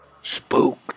Spook